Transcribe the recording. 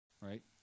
right